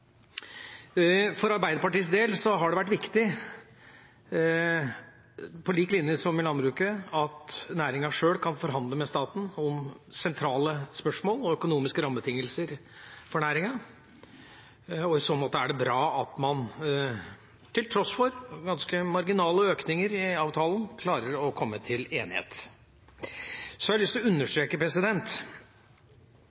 For Arbeiderpartiets del har det vært viktig, på lik linje som med landbruket, at næringen sjøl kan forhandle med staten om sentrale spørsmål og økonomiske rammebetingelser for næringen. I så måte er det bra at man til tross for ganske marginale økninger i avtalen klarer å komme til enighet. Så har jeg lyst til å